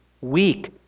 weak